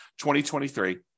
2023